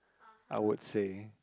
I would say